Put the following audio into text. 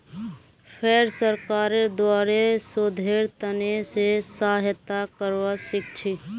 फेर सरकारेर द्वारे शोधेर त न से सहायता करवा सीखछी